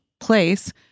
place